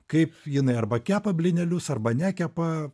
kaip jinai arba kepa blynelius arba nekepa